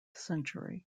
century